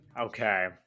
Okay